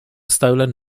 stolen